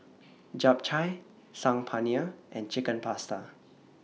Japchae Saag Paneer and Chicken Pasta